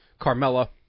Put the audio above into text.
Carmella